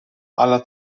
alla